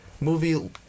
Movie